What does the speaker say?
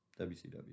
WCW